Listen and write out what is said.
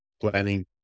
planning